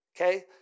okay